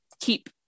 keep